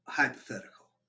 hypothetical